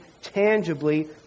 tangibly